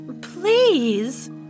Please